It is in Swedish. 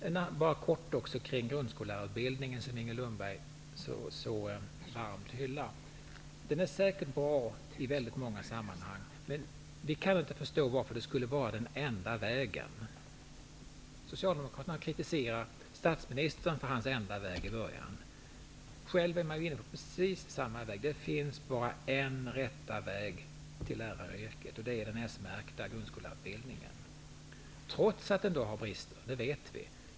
Jag vill kort nämna grundskollärarutbildningen som Inger Lundberg så varmt hyllar. Den är säkert bra i väldigt många sammanhang, men vi kan inte förstå varför den skulle vara den enda vägen. Socialdemokraterna kritiserade statsministern för hans enda väg. Själva är de inne på precis samma väg. De säger att det bara finns en rätt väg till läraryrket, och den är den s-märkta grundskollärarutbildningen. Detta säger de trots att vi vet att den har brister.